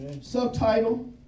Subtitle